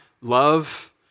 love